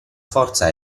forza